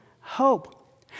hope